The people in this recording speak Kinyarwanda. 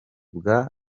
bake